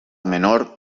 menor